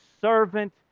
servant